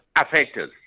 affected